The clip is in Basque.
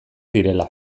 direla